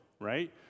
right